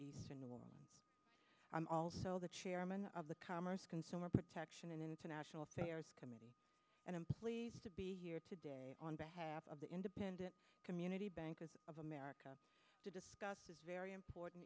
well i'm also the chairman of the commerce consumer protection and international affairs committee and i'm pleased to be here today on behalf of the independent community bankers of america to discuss this very important